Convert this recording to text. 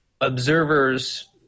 observers